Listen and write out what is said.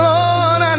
Lord